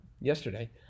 yesterday